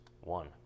one